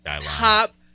top